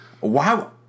Wow